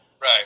Right